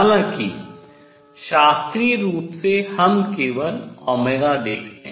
हालाँकि शास्त्रीय रूप से हम केवल देखते हैं